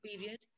period